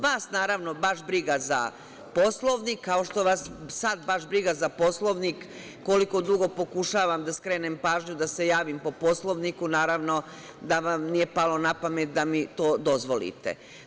Vas naravno baš briga za Poslovnik, kao što vas, kao što vas sad baš briga za Poslovnik, koliko dugo pokušavam da skrenem pažnju da se javim po Poslovniku, naravno da vam nije palo napamet da mi to dozvolite.